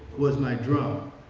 was my drum.